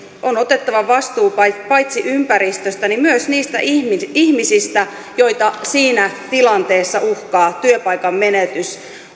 on otettava vastuu paitsi paitsi ympäristöstä myös niistä ihmisistä joita siinä tilanteessa uhkaa työpaikan menetys